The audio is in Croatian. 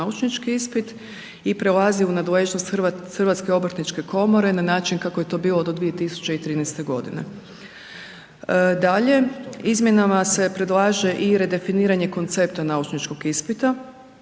naučnički ispit i prelazi u nadležnost Hrvatske obrtničke komore ne način kako je to bilo 2013. godine. Dalje, izmjenama se predlaže i redefiniranje koncepta naučničkog ispita